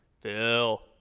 Phil